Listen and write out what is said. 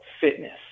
fitness